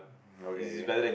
okay okay